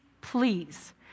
please